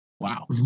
Wow